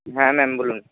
হ্যাঁ ম্যাম বলুন